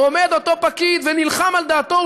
עומד אותו פקיד ונלחם על דעתו,